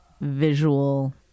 visual